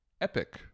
Epic